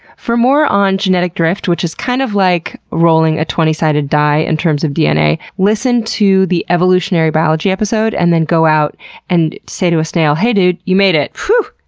for more on genetic drift, which is kind of like rolling a twenty sided die in terms of dna, listen to the evolutionary biology episode and then go out and then say to a snail hey dude, you made it. whoo.